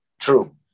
True